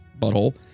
butthole